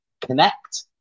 Connect